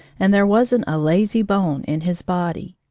and there wasn't a lazy bone in his body.